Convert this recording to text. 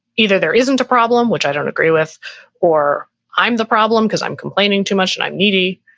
either there isn't a problem, which i don't agree with or i'm the problem because i'm complaining too much and i'm needy,